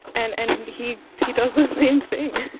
and and he he does the same thing